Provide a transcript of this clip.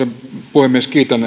puhemies kiitän